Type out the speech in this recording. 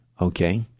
Okay